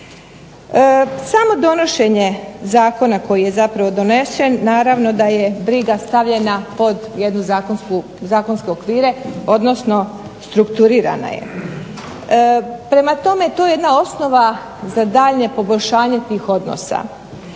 Samo donošenje zakona zapravo koji je donesen naravno da je briga stavljena pod jednu zakonske okvire odnosno strukturirana je. Prema tome, to je jedna osnova za daljnje poboljšanje tih odnosa.